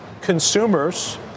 consumers